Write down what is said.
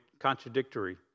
contradictory